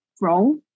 wrong